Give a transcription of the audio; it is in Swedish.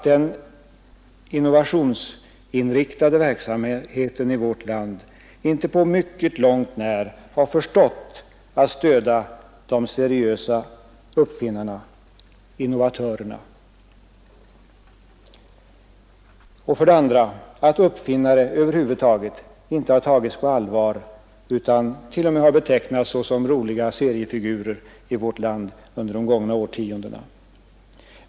Den innovationsinriktade verksamheten i vårt land har inte på långt när förstått att stödja de seriösa uppfinnarna, innovatörerna. 2. Uppfinnare har i vårt land över huvud taget inte tagits på allvar utan t.o.m. betecknats såsom roliga seriefigurer under de gångna årtiondena.